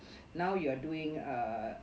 now you are doing uh